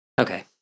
Okay